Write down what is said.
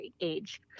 age